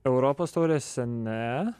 europos taurėse ne